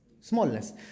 smallness